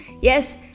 yes